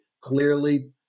clearly